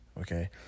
Okay